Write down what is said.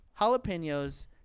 jalapenos